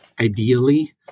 ideally